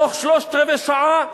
בתוך שלושת רבעי השעה,